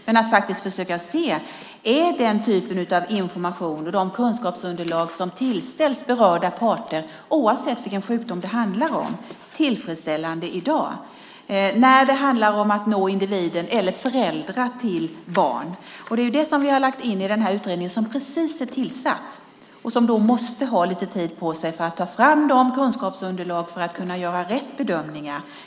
Men vi ska försöka se om den typen av information och de kunskapsunderlag som tillställs berörda parter är, oavsett vilken sjukdom det handlar om, tillfredsställande i dag när det handlar om att nå individen eller föräldrar till barn. Det är det som vi har lagt in i den utredning som precis har tillsatts. Den måste få tid på sig att ta fram de kunskapsunderlag som behövs för att göra riktiga bedömningar.